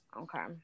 Okay